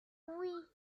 oui